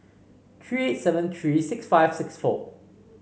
three seven three six five six four